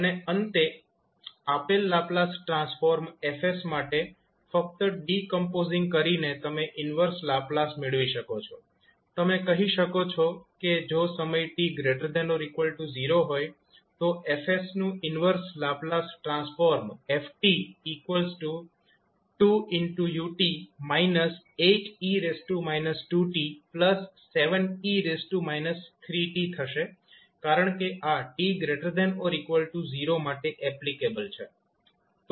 અને અંતે આપેલ લાપ્લાસ ટ્રાન્સફોર્મ 𝐹𝑠 માટે ફક્ત ડિકોમ્પોઝીંગ કરીને તમેં ઈન્વર્સ લાપ્લાસ મેળવી શકો છો તમે કહી શકો છો કે જો સમય 𝑡≥0 હોય Fs નું ઈન્વર્સ લાપ્લાસ ટ્રાન્સફોર્મ 𝑓𝑡2𝑢𝑡−8𝑒−2𝑡7𝑒−3𝑡 થશે કારણ કે આ 𝑡≥0 માટે એપ્લીકેબલ છે